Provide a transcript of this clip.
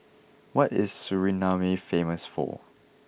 what is Suriname famous for